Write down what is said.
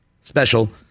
special